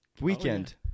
Weekend